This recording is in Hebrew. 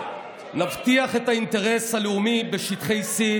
נבטיח את האינטרס הלאומי בשטחי C,